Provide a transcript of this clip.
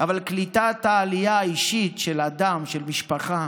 אבל קליטת העלייה האישית של אדם, של משפחה,